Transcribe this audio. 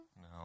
No